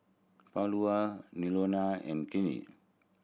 Paula Nonie and Kennith